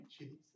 Jesus